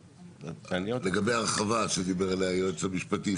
ולגבי ההרחבה שדיבר עליה היועץ המשפטי,